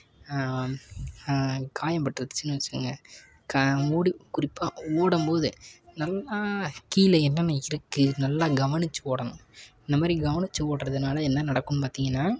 காயம் பட்ருச்சுன்னு வெச்சுக்கங்க க ஓடு குறிப்பாக ஓடும்போது நல்லா கீழே என்னென்ன இருக்குது நல்லா கவனிச்சு ஓடணும் இந்த மாதிரி கவனிச்சு ஓடுறதுனால என்ன நடக்கும்னு பார்த்தீங்கன்னா